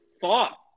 thought